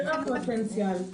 מלא הפוטנציאל,